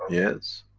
yes.